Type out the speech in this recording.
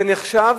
זה נחשב